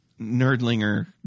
Nerdlinger